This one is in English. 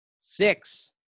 six